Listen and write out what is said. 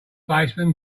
baseman